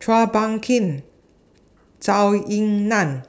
Chua Phung Kim Zhou Ying NAN